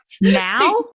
now